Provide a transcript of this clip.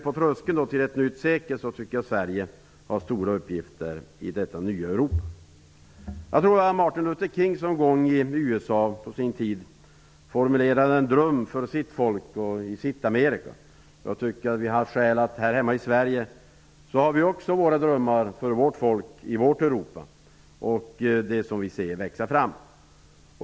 På tröskeln till ett nytt sekel tycker jag att Sverige har stora uppgifter i detta nya Europa. Martin Luther King formulerade på sin tid en dröm för sitt folk och sitt Amerika. Här hemma i Sverige har vi också våra drömmar för vårt folk i det Europa som vi ser växa fram.